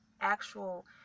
actual